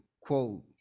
quote